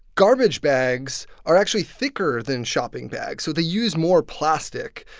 garbage bags are actually thicker than shopping bags, so they use more plastic.